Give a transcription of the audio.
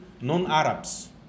non-Arabs